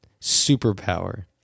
superpower